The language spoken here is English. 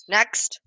Next